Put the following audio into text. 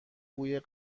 بوی